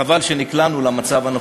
חבל שנקלענו למצב הנוכחי.